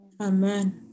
Amen